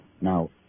Now